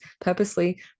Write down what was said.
purposely